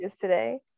today